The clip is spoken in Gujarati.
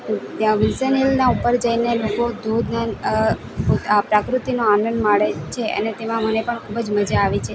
ત્યાં વિલ્સન હિલના ઉપર જઈને લોકો ધોધ ને આ પ્રકૃતિનો આનંદ માણે છે અને તેમાં મને પણ ખૂબ જ મજા આવે છે